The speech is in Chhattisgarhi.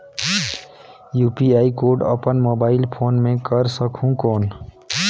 यू.पी.आई कोड अपन मोबाईल फोन मे कर सकहुं कौन?